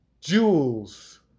Jewels